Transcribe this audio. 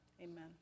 Amen